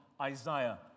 Isaiah